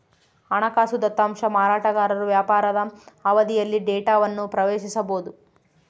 ಹಣಕಾಸು ದತ್ತಾಂಶ ಮಾರಾಟಗಾರರು ವ್ಯಾಪಾರದ ಅವಧಿಯಲ್ಲಿ ಡೇಟಾವನ್ನು ಪ್ರವೇಶಿಸಬೊದು